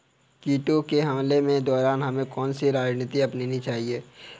कीटों के हमलों के दौरान हमें कौन सी रणनीति अपनानी चाहिए?